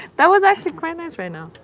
that was actually quite nice right now